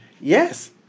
Yes